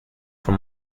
from